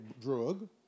drug